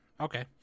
okay